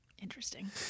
Interesting